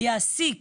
יעסיק